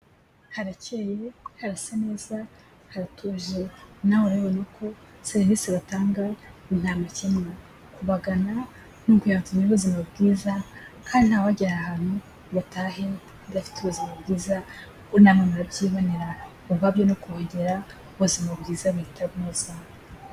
Harakeye, harasa neza, haratuje, nawe urabibona ko serivisi batanga ni nta makemwa. Kubagana ni ukugira ngo tugire ubuzima bwiza, kandi ntawagera ahantu ngo atahe adafite ubuzima bwiza, namwe murabyibonera, ubwabyo no kuhagera ubuzima bwiza buhita buza.